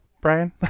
Brian